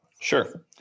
Sure